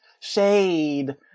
shade